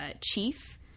chief